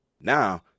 Now